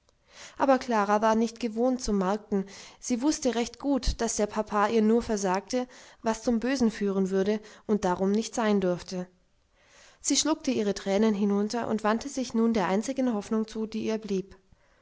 aber klara war nicht gewohnt zu markten sie wußte recht gut daß der papa ihr nur versagte was zum bösen führen würde und darum nicht sein durfte sie schluckte ihre tränen hinunter und wandte sich nun der einzigen hoffnung zu die ihr blieb